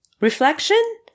Reflection